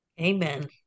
amen